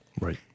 right